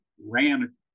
ran